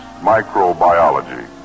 microbiology